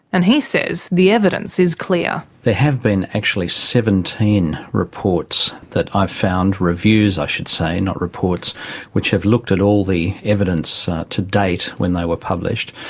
and he says the evidence is clear. there have been actually seventeen reports that i've found reviews i should say, not reports which have looked at all the evidence to date when they were published,